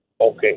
Okay